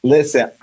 Listen